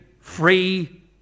free